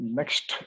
next